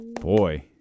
Boy